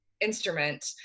instrument